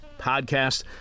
Podcast